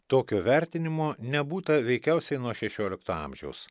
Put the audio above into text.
tokio vertinimo nebūta veikiausiai nuo šešiolikto amžiaus